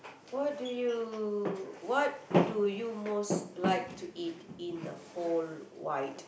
what do you what do you most like to eat in the whole wide